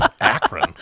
Akron